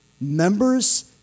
members